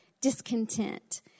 discontent